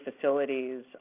facilities